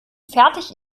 fertig